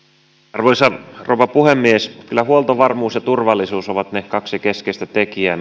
arvoisa rouva puhemies kyllä huoltovarmuus ja turvallisuus ovat ne kaksi keskeistä tekijää